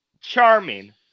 charming